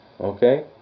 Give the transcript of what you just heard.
okay